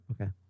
Okay